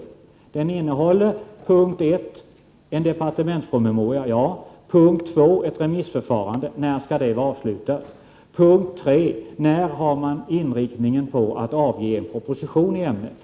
Jag antar att den innehåller för det första en departementspromemoria, för det andra ett remissförfarande — när skall det vara avslutat? — och för det tredje en proposition i ämnet. När skall man, enligt vad man är inriktad på, avge den?